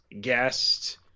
guest